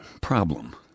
problem